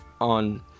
on